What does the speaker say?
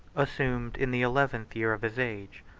assumed, in the eleventh year of his age,